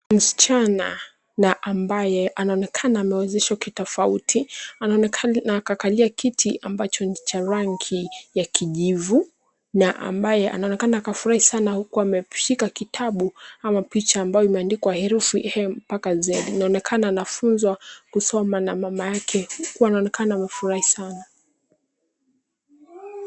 Msichana na ambaye anaonekana amewezeshwa kitofauti, na akakalia kiti ambacho ni cha rangi ya kijivu, na ambaye anaonekana akafurahi sana huku ameshiza kitabu ama picha ambayo imeandikwa herufi A mpaka Z.Inaonekana anafunzwa kusoma na mamake huku anaonekana amefurahi sana.